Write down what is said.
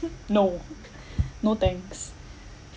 no no thanks